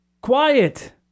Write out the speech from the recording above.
quiet